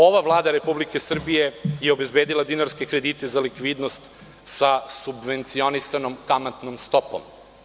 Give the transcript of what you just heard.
Ova Vlada Republike Srbije je obezbedila dinarske kredite za likvidnost sa subvencionisanom kamatnom stopom.